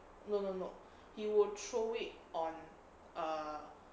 no no no he would throw it on a